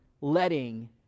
letting